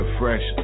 fresh